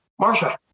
Marsha